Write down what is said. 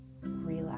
relax